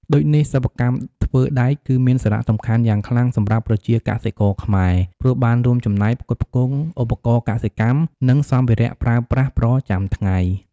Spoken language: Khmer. ដូចនេះ សិប្បកម្មធ្វើដែកគឺមានសារៈសំខាន់យ៉ាងខ្លាំងសម្រាប់ប្រជាកសិករខ្មែរ ព្រោះបាន រួមចំណែក ផ្គត់ផ្គង់ ឧបករណ៍កសិកម្ម និង សម្ភារៈប្រើប្រាស់ប្រចាំថ្ងៃ។